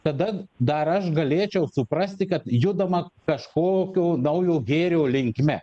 tada dar aš galėčiau suprasti kad judama kažkokio naujo gėrio linkme